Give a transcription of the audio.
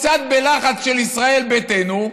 קצת בלחץ של ישראל ביתנו,